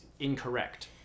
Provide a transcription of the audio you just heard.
Incorrect